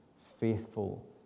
faithful